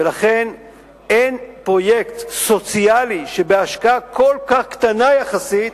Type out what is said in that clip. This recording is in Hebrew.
ולכן אין פרויקט סוציאלי שבהשקעה כל כך קטנה יחסית,